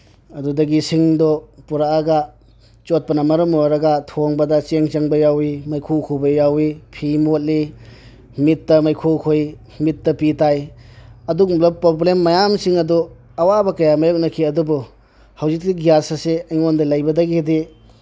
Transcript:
ꯑꯗꯨꯗꯒꯤ ꯁꯤꯡꯗꯣ ꯄꯨꯔꯀꯑꯒ ꯆꯣꯠꯄꯅ ꯃꯔꯝ ꯑꯣꯏꯔꯒ ꯊꯣꯡꯕꯗ ꯆꯦꯡ ꯆꯪꯕ ꯌꯥꯎꯏ ꯃꯩꯈꯨ ꯈꯨꯕ ꯌꯥꯎꯏ ꯐꯤ ꯃꯣꯠꯂꯤ ꯃꯤꯠꯇ ꯃꯩꯈꯨ ꯈꯨꯏ ꯃꯤꯠꯇ ꯄꯤ ꯇꯥꯏ ꯑꯗꯨꯒꯨꯝꯕ ꯄ꯭ꯔꯣꯕ꯭ꯂꯦꯝ ꯃꯌꯥꯝꯁꯤꯡ ꯑꯗꯣ ꯑꯋꯥꯕ ꯀꯌꯥ ꯃꯥꯌꯣꯛꯅꯈꯤ ꯑꯗꯨꯕꯨ ꯍꯧꯖꯤꯛꯇꯤ ꯒ꯭ꯌꯥꯁ ꯑꯁꯦ ꯑꯩꯉꯣꯟꯗ ꯂꯩꯕꯗꯒꯤꯗꯤ